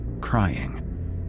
crying